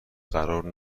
قرار